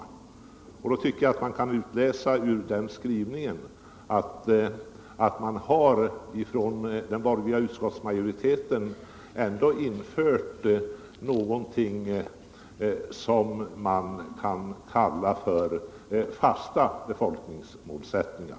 Av skrivningen tycker jag man kan utläsa att den borgerliga utskottsmajoriteten infört något som kan kallas för fasta befolkningstal.